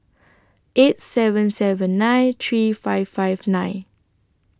eight seven seven nine three five five nine